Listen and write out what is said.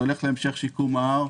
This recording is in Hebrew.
זה הולך להמשך שיקום ההר.